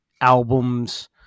albums